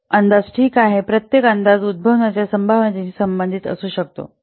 तर प्रत्येक अंदाज ठीक आहे प्रत्येक अंदाज उद्भवण्याच्या संभाव्यतेशी संबंधित असू शकतो